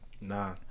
nah